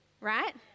right